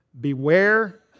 Beware